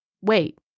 wait